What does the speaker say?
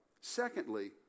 Secondly